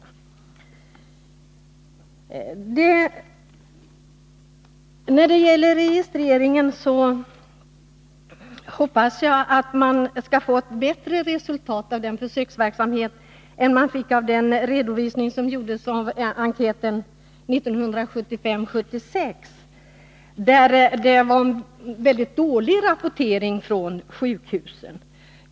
När det gäller registreringen hoppas jag att denna försöksverksamhet skall ge ett bättre resultat än den redovisning som gjordes efter en enkät 1975-1976. I den var rapporteringen från sjukhusen väldigt dålig.